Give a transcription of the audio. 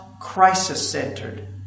crisis-centered